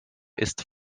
ist